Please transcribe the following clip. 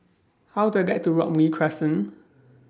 How Do I get to Robey Crescent